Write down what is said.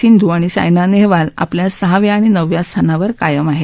सिद्धूआणि सायना नेहवाल आपल्या सहाव्या आणि नवव्या स्थानावर कायम आहेत